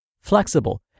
flexible